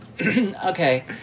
Okay